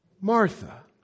Martha